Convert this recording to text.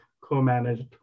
co-managed